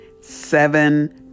seven